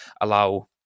allow